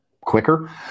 quicker